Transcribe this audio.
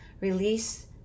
Release